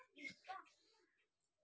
जमानुपारी बकरी उत्तर प्रदेशत मिल छे